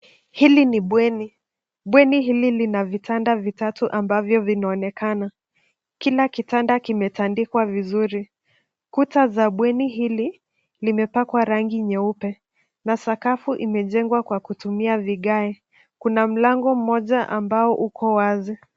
Hili ni bweni. Bweni hili lina vitanda vitatu ambavyo vinaonekana. Kila kitanda kimetandikwa vizuri. Kuta za bweni hili limepakwa rangi nyeupe na sakafu imejengwa kwa kutumia vigae. Kuna mlango mmoja ambao uko wazi.